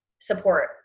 support